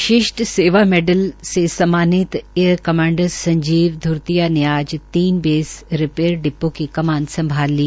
विशिष्ठ सेवा मैडल से स्म्मानित एयर कोमोडोर संजीव घ्रतिया ने आज तीन बेस रिपेयर डिपो का कमान संभाल ली